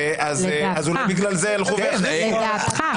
לכן --- לדעתך.